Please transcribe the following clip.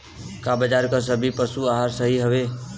का बाजार क सभी पशु आहार सही हवें?